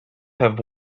have